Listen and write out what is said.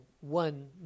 one